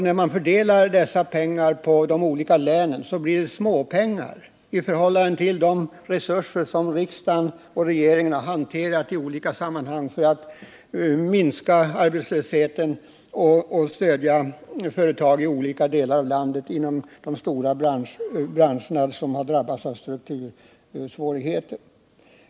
När man fördelar dessa pengar på de olika länen blir det småpengar i förhållande till de resurser som riksdag och regering i olika sammanhang har hanterat för att minska arbetslösheten och stödja företag i olika delar av landet inom de branscher som har drabbats av struktursvårigheter.